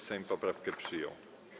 Sejm poprawkę przyjął.